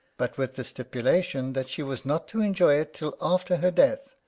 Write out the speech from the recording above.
but with the stipulation that she was not to enjoy it till after her death,